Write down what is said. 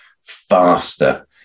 faster